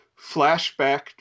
flashback